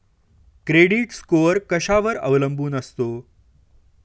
Credit score कशावर अवलंबून असतो?